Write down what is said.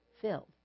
Filled